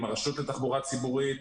עם הרשות לתחבורה ציבורית,